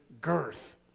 girth